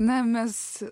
na mes